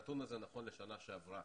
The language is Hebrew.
הנתון הזה נכון לשנה שעברה.